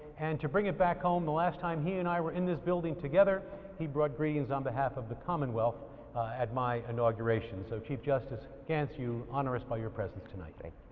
and to bring it back home the last time he and i were in this building together he brought greens on behalf of the commonwealth at my inauguration. so chief justice gants you honor us by your presence tonight.